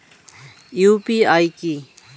UPI কি?